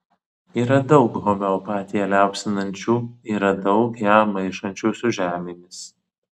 yra daug homeopatiją liaupsinančių yra daug ją maišančių su žemėmis